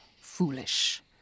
foolish